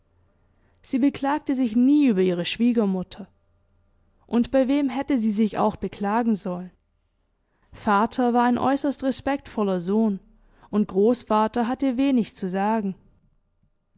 sie beklagte sich nie über ihre schwiegermutter und bei wem hätte sie sich auch beklagen sollen vater war ein äußerst respektvoller sohn und großvater hatte wenig zu sagen